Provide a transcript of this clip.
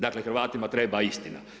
Dakle, hrvatima treba istina.